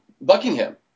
Buckingham